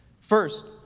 First